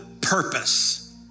purpose